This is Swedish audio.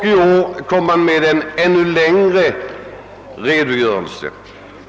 I år har man en ännu längre redogörelse.